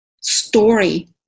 story